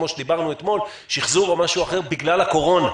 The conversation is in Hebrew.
שחזור או משהו אחר,